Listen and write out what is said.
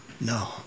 No